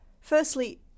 Firstly